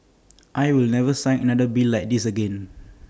I will never sign another bill like this again